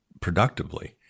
productively